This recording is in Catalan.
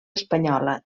espanyola